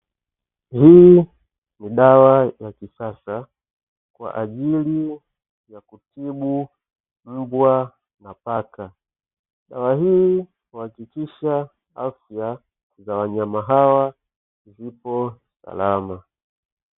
Hii ni dawa ya kisasa kwa ajili ya kutibu mbwa na paka. Dawa hii huakikisha afya za wanyama hawa zipo salama.